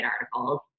articles